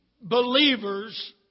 believers